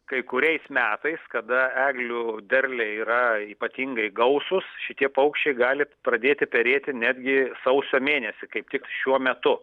kai kuriais metais kada eglių derliai yra ypatingai gausūs šitie paukščiai gali pradėti perėti netgi sausio mėnesį kaip tik šiuo metu